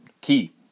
Key